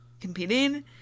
competing